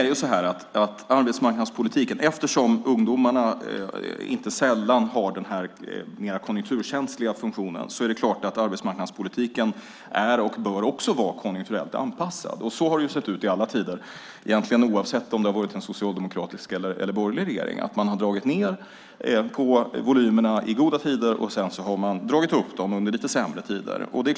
Eftersom ungdomarna inte sällan har den mer konjunkturkänsliga funktionen är arbetsmarknadspolitiken, och bör också vara, konjunkturellt anpassad. Så har det sett ut i alla tider oavsett om det har varit en socialdemokratisk eller borgerlig regering. Man har dragit ned på volymerna i goda tider och dragit upp dem under lite sämre tider.